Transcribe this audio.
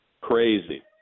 crazy